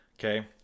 okay